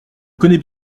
connais